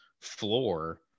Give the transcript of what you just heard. floor